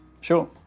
Sure